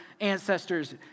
ancestors